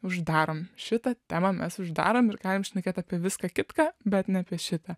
uždarom šitą temą mes uždarom ir galim šnekėt apie viską kitką bet ne apie šitą